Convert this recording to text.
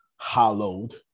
hallowed